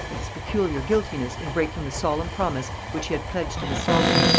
and his peculiar guiltiness in breaking the solemn promise which he had pledged to his sovereign.